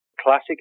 classic